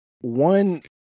one